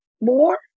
more